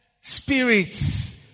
spirits